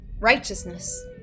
Righteousness